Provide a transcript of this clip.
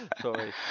Sorry